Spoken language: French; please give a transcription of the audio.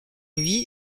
lui